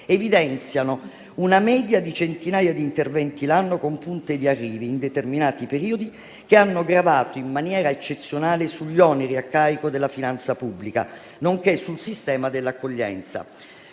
evidenziano una media di centinaia di interventi l'anno, con punte di arrivi, in determinati periodi, che hanno gravato in maniera eccezionale sugli oneri a carico della finanza pubblica, nonché sul sistema dell'accoglienza.